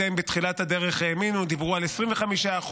אם בתחילת הדרך האמינו דיברו על 25%,